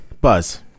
Buzz